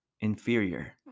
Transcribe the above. inferior